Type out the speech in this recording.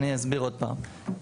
אני אסביר עוד פעם.